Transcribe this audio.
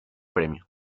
premio